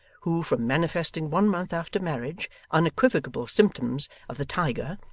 who, from manifesting one month after marriage unequivocal symptoms of the tiger,